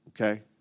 Okay